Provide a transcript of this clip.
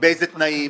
באילו תנאים,